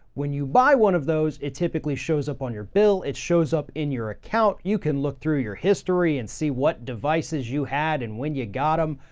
when you buy one of those, it typically shows up on your bill, it shows up in your account. you can look through your history and see what devices you had and when you got them.